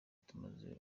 tumaze